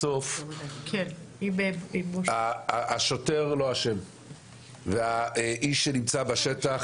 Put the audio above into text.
בסוף השוטר לא אשם והאיש שנמצא בשטח,